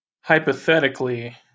Hypothetically